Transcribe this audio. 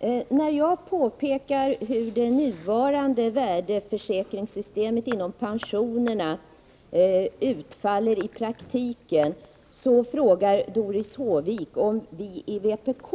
Herr talman! När jag påpekar hur det nuvarande värdesäkringssystemet i vad gäller pensionerna utfaller i praktiken, frågar Doris Håvik om vi i vpk